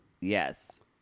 Yes